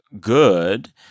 good